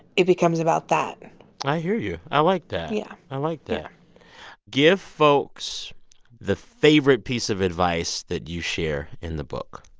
it becomes about that i hear you. i like that yeah i like that yeah give folks the favorite piece of advice that you share in the book,